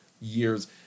years